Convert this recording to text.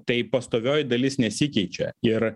tai pastovioji dalis nesikeičia ir